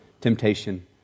temptation